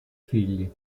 figli